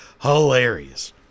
hilarious